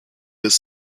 their